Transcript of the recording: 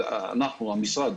המשרד